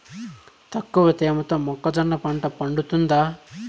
తక్కువ తేమతో మొక్కజొన్న పంట పండుతుందా?